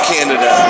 Canada